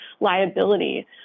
liability